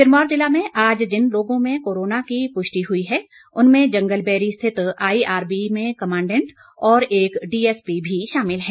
सिरमौर जिला में आज जिन लोगों में कोरोना की पुष्टि हुई है उनमें जंगलबेरी स्थित आईआरबी में कमांडेंट और एक डीएसपी भी शामिल है